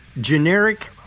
generic